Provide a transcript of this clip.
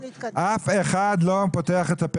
אף אחד לא פותח את הפה,